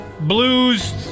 blues